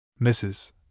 Mrs